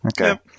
Okay